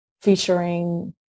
featuring